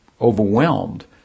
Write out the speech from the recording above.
overwhelmed